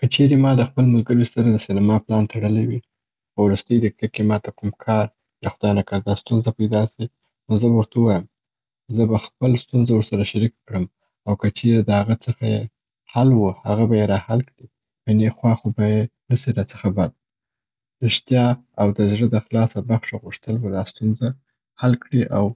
که چیري ما د خپل ملګري سره د سینما پلان تړلی وي په ورستۍ دقیقه کې ماته کوم کار یا خدای نه کرده ستونزه پیدا سي، نو زه به ورته ووایم. زه به خپل ستونزه ور سره شریکه کړم، او که چیري د هغه څخه یې حل و، هغه به یې را حل کړي، که نې خوا خو به یې نسي راڅخه بده. ریښتیا او د زده د خلاصه بخښه غوښتل به دا ستونزه حل کړي او